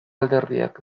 alderdiek